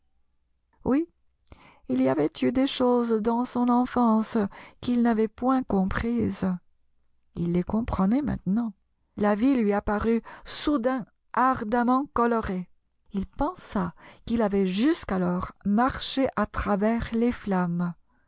oui il y avait eu des choses dans son enfance qu'il n'avait point comprises il les comprenait maintenant la vie lui apparut soudain ardemment colorée il pensa qu'il avait jusqu'alors marché à travers les flammes